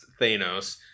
Thanos